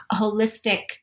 holistic